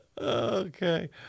Okay